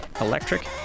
electric